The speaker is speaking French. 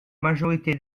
majorité